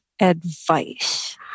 advice